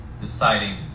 deciding